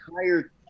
entire